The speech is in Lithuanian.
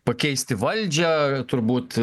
pakeisti valdžią turbūt